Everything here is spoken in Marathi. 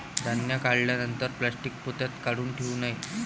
धान्य काढल्यानंतर प्लॅस्टीक पोत्यात काऊन ठेवू नये?